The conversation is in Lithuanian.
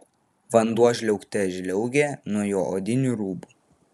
vanduo žliaugte žliaugė nuo jo odinių rūbų